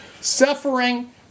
suffering